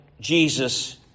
Jesus